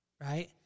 right